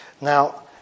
Now